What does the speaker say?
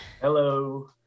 Hello